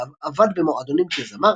עבד במועדונים כזמר,